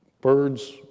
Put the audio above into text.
birds